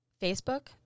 Facebook